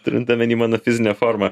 turint omeny mano fizinę formą